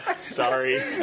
Sorry